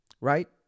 right